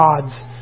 gods